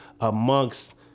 amongst